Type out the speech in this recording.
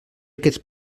aquest